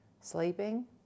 Sleeping